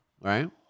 right